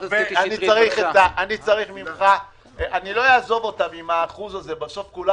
אני לא אעזוב אותם עם האחוז הזה ובסוף כולם